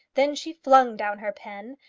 then she flung down her pen,